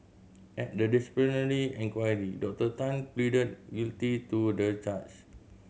at the disciplinary inquiry Doctor Tan pleaded guilty to the charge